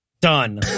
Done